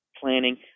planning